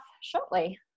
shortly